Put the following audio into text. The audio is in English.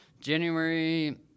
January